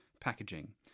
packaging